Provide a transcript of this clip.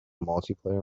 multiplayer